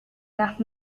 nach